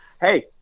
hey